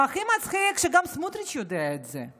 והכי מצחיק שגם סמוטריץ' יודע את זה.